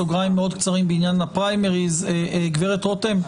גברת רותם,